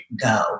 go